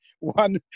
one